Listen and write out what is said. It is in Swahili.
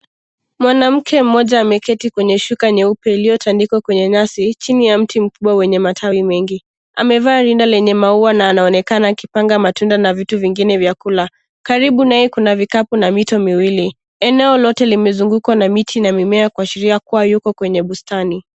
Mwanamke mmoja ameketi kwenye shuka nyeupe iliyotandikwa kwenye nyasi, chini ya mti mkubwa wenye matawi mengi. Amevaa rinda lenye maua na anaonekana akipanga matunda na vitu vingine vya kula. Karibu naye kuna vikapu na mito miwili. Eneo lote limezungukwa na miti na mimea kuashiria kuwa yuko kwenye bustani.